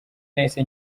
nahise